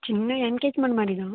சின்ன எங்கேஜ்மண்ட் மாதிரி தான்